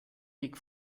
weg